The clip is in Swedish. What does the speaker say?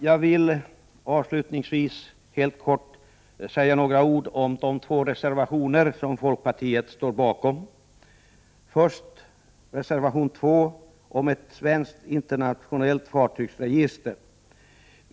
Jag vill avslutningsvis säga några ord om de två reservationer som folkpartiet står bakom. Det är först reservation 2 om ett svenskt internationellt fartygsregister.